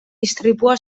istripua